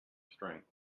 strength